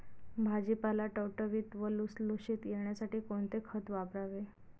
भाजीपाला टवटवीत व लुसलुशीत येण्यासाठी कोणते खत वापरावे?